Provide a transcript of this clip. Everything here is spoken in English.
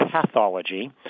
pathology